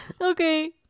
Okay